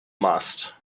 must